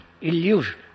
illusion